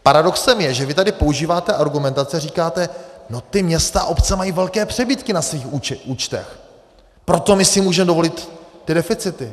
Paradoxem je, že vy tady používáte argumentaci a říkáte: ta města a obce mají velké přebytky na svých účtech, proto my si můžeme dovolit ty deficity.